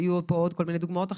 היו עוד כל מיני דוגמאות אחרות,